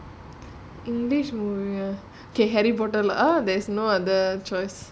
english movie ah K harry potter lah !huh! there's no other choices